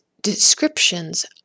descriptions